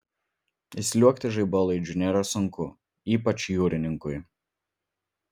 įsliuogti žaibolaidžiu nėra sunku ypač jūrininkui